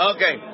Okay